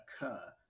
occur